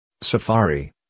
Safari